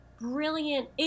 Brilliant